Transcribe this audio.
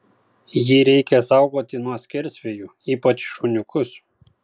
jį reikia saugoti nuo skersvėjų ypač šuniukus